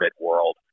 world